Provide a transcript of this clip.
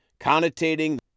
connotating